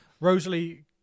rosalie